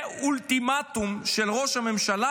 זה אולטימטום של ראש הממשלה